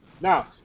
Now